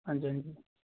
ਹਾਂਜੀ ਹਾਂਜੀ